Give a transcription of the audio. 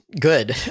good